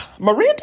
Miranda